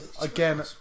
again